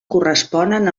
corresponen